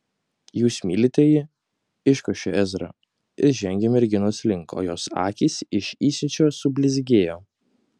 jūs mylite jį iškošė ezra ir žengė merginos link o jo akys iš įsiūčio sublizgėjo